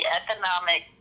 economic